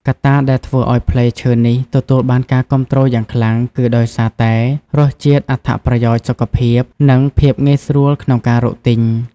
កត្តាដែលធ្វើឱ្យផ្លែឈើនេះទទួលបានការគាំទ្រយ៉ាងខ្លាំងគឺដោយសារតែ រសជាតិ អត្ថប្រយោជន៍សុខភាព និងភាពងាយស្រួលក្នុងការរកទិញ។